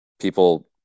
people